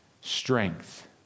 strength